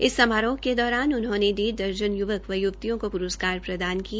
इस समारोह के दौरान उन्होंने डेढ दर्जन युवक व युवतियों को पुरस्कार प्रदान किए